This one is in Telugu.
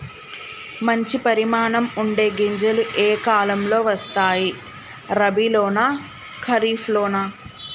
మంచి పరిమాణం ఉండే గింజలు ఏ కాలం లో వస్తాయి? రబీ లోనా? ఖరీఫ్ లోనా?